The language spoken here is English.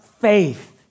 faith